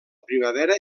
primavera